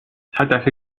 هدف